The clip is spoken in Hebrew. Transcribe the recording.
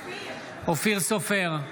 אופיר סופר,